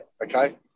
Okay